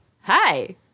hi